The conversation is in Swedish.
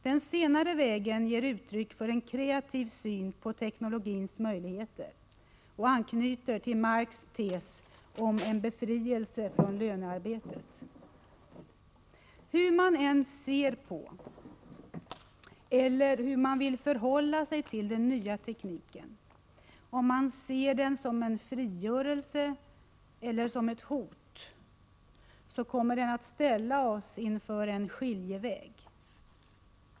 Den senare vägen ger uttryck för en kreativ syn på teknologins möjligheter och anknyter till Marx tes om en befrielse från lönarbetet. Hur man än ser på eller vill förhålla sig till den nya tekniken — om man ser den som en frigörelse eller som ett hot — kommer den att ställa oss inför en skiljeväg.